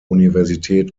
universität